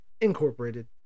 Incorporated